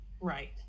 Right